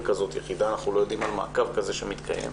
יחידה כזאת ולא יודעים על מעקב כזה שמתקיים,